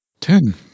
Ten